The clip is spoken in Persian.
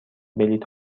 بلیط